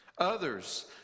Others